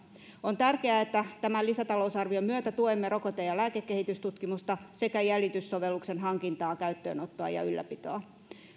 on tärkeää että tämän lisätalousarvion myötä tuemme rokote ja lääkekehitystutkimusta sekä jäljityssovelluksen hankintaa käyttöönottoa ja ylläpitoa